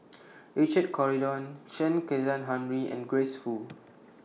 Richard Corridon Chen Kezhan Henri and Grace Fu